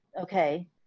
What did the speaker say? okay